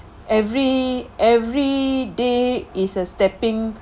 every every day is a stepping